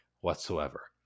whatsoever